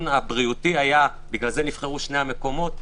לכן נבחרו שני המקומות,